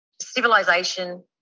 civilization